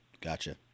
Gotcha